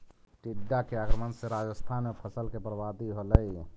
टिड्डा के आक्रमण से राजस्थान में फसल के बर्बादी होलइ